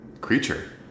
Creature